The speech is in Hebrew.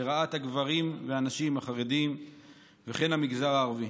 לרעת הגברים והנשים החרדים וכן המגזר הערבי.